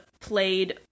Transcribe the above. played